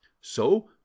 So